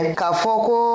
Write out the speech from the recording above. kafoko